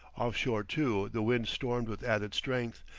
offshore, too, the wind stormed with added strength,